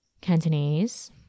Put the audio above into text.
Cantonese